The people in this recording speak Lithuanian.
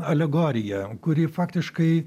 alegorija kuri faktiškai